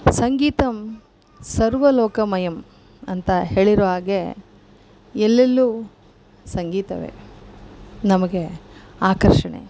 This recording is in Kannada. ಸಂಗೀತಮ್ ಸರ್ವ ಲೋಕಮಯಮ್ ಅಂತ ಹೇಳಿರೋ ಹಾಗೆ ಎಲ್ಲೆಲ್ಲೂ ಸಂಗೀತವೆ ನಮಗೆ ಆಕರ್ಷಣೆ